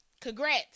congrats